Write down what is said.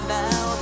now